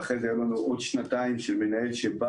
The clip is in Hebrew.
ואחרי כן היו לנו עוד שנתיים עם מנהל אחר.